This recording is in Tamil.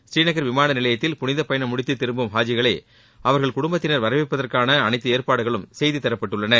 ஸ்ரீநகர் விமான நிலையத்தில் புனித பயணம் முடித்து திரும்பும் ஹாஜிகளை அவர்கள் குடும்பத்தினர் வரவேற்பதற்கான அனைத்து ஏற்பாடுகளும் செய்து தரப்பட்டுள்ளன